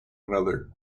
another